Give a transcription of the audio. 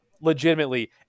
legitimately